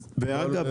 ואגב,